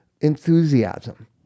enthusiasm